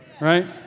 right